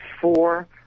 four